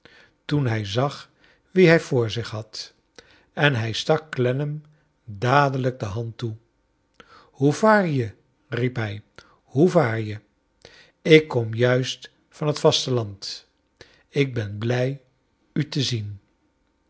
toen hij zag wien hij voor zich had en hrj stak clennam dadelijk de hand toe hoe vaar je riep hij hoe vaar je ik kom juist van het vasteland ik ben blij u te zien